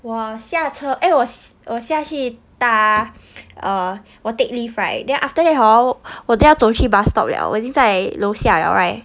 我下车 eh 我下去搭 uh 我 take lift right then after that hor 我都要走 bus stop liao 我已经在楼下 liao right